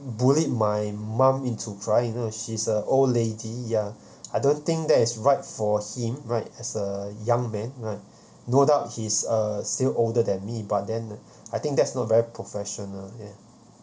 bullied my mum into crying she's a old lady ya I don't think that is right for him right as a young man right no doubt he's uh still older than me but then I think that's not very professional ya